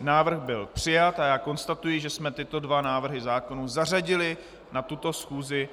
Návrh byl přijat a já konstatuji, že jsme tyto dva návrhy zákonů zařadili na tuto schůzi